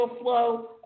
flow